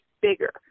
bigger